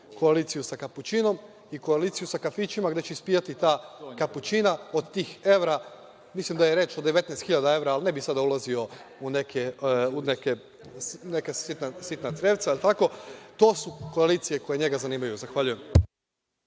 koaliciju sa kapućinom i koaliciju sa kafićima gde će ispijati ta kapućina od tih evra, mislim da je reč o 19.000 evra, ali ne bih sada ulazio u neka sitna crevca. To su koalicije koje njega zanimaju. Zahvaljujem.